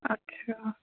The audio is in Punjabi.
ਅੱਛਾ